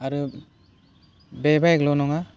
आरो बे बाइकल' नङा